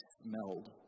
smelled